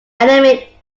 animate